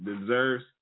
deserves